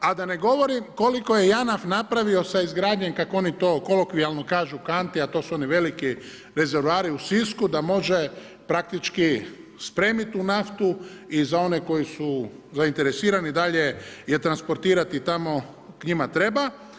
A da ne govorim koliko je JANAF napravio sa izgradnjom kako oni to kolokvijalno kažu kanti, a to su oni veliki rezervoari u Sisku da može praktički spremiti tu naftu i za one koji su zainteresirani dalje je transportirati tamo gdje njima treba.